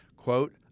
quote